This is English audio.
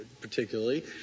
particularly